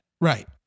Right